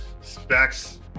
Specs